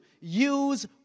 use